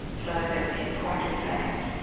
so that in point of fact,